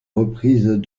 reprise